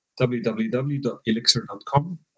www.elixir.com